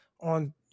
on